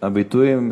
הביטויים,